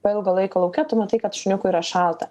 po ilgo laiko lauke tu matai kad šuniukui yra šalta